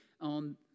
on